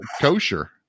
kosher